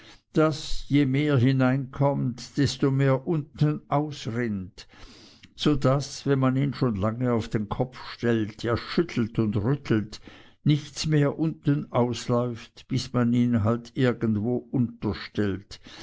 daß je mehr hineinkommt desto mehr unten ausrinnt so daß wenn man ihn schon lange auf den kopf stellt ja schüttelt und rüttelt nichts mehr unten ausläuft bis man ihn halt wieder irgendwo unterstellt